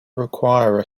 require